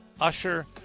Usher